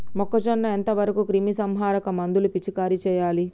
మొక్కజొన్న ఎంత వరకు క్రిమిసంహారక మందులు పిచికారీ చేయాలి?